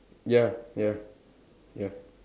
ya ya ya